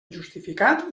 justificat